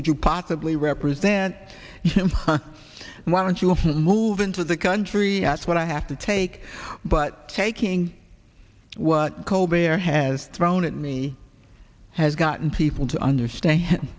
could you possibly represent why don't you often move into the country as what i have to take but taking what kobe or has thrown at me has gotten people to understand